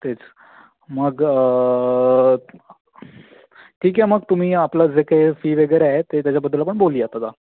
तेच मग ठीक आहे मग तुम्ही आपलं जे काही फी वगैरे आहे ते त्याच्याबद्दल पण बोलुयात आता